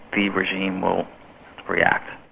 the regime will react.